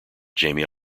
jamie